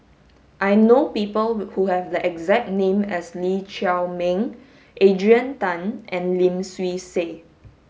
I know people who have the exact name as Lee Chiaw Meng Adrian Tan and Lim Swee Say